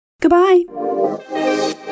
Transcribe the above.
Goodbye